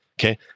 Okay